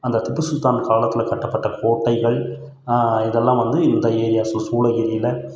அந்த திப்பு சுல்தான் காலத்தில் கட்டப்பட்ட கோட்டைகள் இதெல்லாம் வந்து இந்த ஏரியாசில் சூளகிரியில்